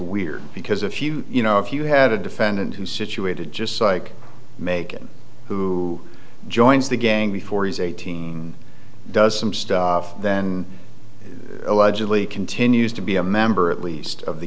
weird because if you you know if you had a defendant who situated just like make it who joins the gang before he's eighteen does some stuff then allegedly continues to be a member at least of the